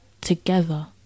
together